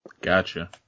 Gotcha